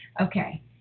okay